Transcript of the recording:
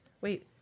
Wait